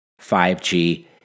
5G